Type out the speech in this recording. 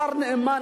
השר נאמן,